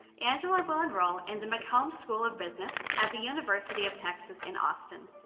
angela will enroll in the mccombs school of business at the university of texas in austin,